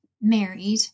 married